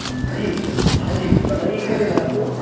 जी हाँ जी बताइए क्या लेना है आपको